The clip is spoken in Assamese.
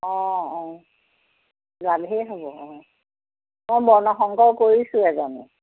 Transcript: অঁ অঁ জালহে হ'ব অঁ মই বৰ্ণ শংকৰ কৰিছোঁ এজনী